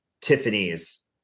Tiffany's